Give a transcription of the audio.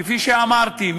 כפי שאמרתי,